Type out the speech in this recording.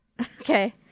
okay